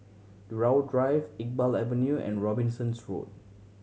Irau Drive Iqbal Avenue and Robinson's Road